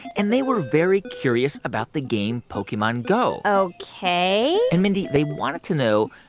and they were very curious about the game pokemon go. ok and, mindy, they wanted to know,